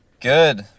Good